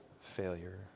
failure